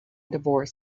divorce